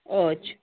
अच्छा